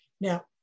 Now